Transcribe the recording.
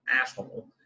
asshole